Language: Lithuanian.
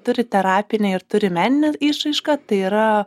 turi terapinę ir turi meninę išraišką tai yra